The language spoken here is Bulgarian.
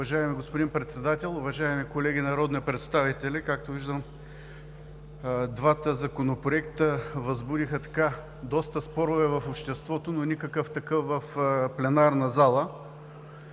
Уважаеми господин Председател, уважаеми колеги народни представители! Както виждам, двата законопроекта възбудиха доста спорове в обществото, но никакъв такъв в пленарната зала.